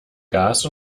gas